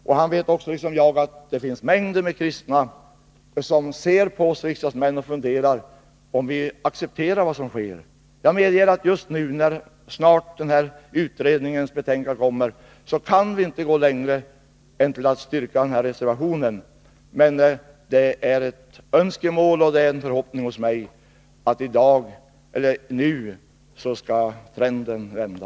Evert Svensson vet liksom jag att det finns mängder av kristna som ser på oss riksdagsmän och funderar över om vi accepterar vad som sker. Jag medger att vi just nu, när utredningens betänkande snart kommer att föreligga, inte kan gå längre än till att stödja reservationen, men det är ett önskemål och en förhoppning hos mig att trenden nu skall vända.